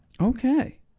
Okay